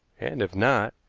and, if not,